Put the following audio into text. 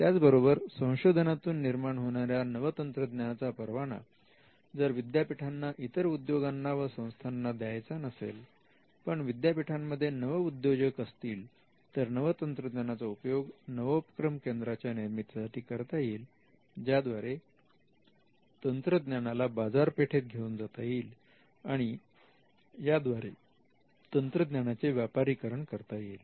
त्याचबरोबर संशोधनातून निर्माण होणाऱ्या नवतंत्रज्ञानाचा परवाना जर विद्यापीठांना इतर उद्योगांना वा संस्थांना द्यायचं नसेल पण विद्यापीठांमध्ये नवउद्योजक असतील तर नवतंत्रज्ञानाचा उपयोग नवोपक्रम केंद्रांच्या निर्मितीसाठी करता येईल ज्याद्वारे तंत्रज्ञानाला बाजारपेठेत घेऊन जाता येईल आणि याद्वारे तंत्रज्ञानाचे व्यापारीकरण करता येईल